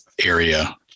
area